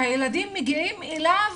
שהילדים מגיעים אליו,